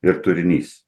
ir turinys